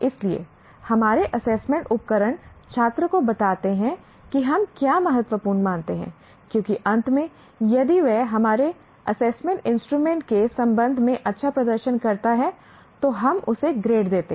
इसलिए हमारे असेसमेंट उपकरण छात्र को बताते हैं कि हम क्या महत्वपूर्ण मानते हैं क्योंकि अंत में यदि वह हमारे असेसमेंट इंस्ट्रूमेंट के संबंध में अच्छा प्रदर्शन करता है तो हम उसे ग्रेड देते हैं